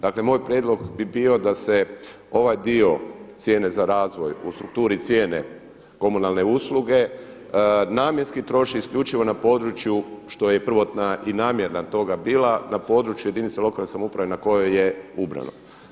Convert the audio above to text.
Dakle, moj prijedlog bi bio da se ovaj dio cijene za razvoj u strukturi cijene komunalne usluge namjenski troši isključivo na području, što je prvotna i namjera toga bila, na području jedinca lokalne samouprave na kojoj je ubrano.